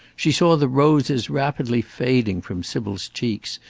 she saw the roses rapidly fading from sybil's cheeks,